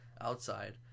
outside